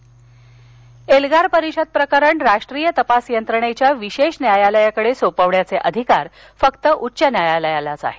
एल्गार एल्गार परिषद प्रकरण राष्ट्रीय तपास यंत्रणेच्या विशेष न्यायालयाकडे सोपवण्याचे अधिकार फक्त उच्च न्यायालयालाच आहेत